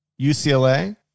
UCLA